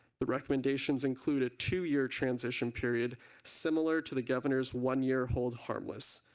the recommendations include a two year transition period similar to the governor's one year hold harmless.